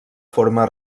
forma